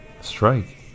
strike